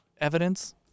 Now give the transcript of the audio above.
evidence